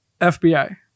FBI